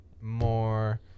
more